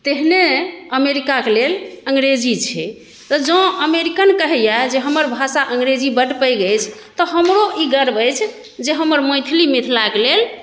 तेहने अमेरकाके लेल अंग्रेजी छै तऽ जौँ अमेरिकन कहैए हमर भाषा अंग्रेजी बड्ड पैघ अछि तऽ हमरो ई गर्व अछि जे हमर मैथिली मिथिलाके लेल